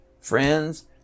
friends